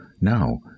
Now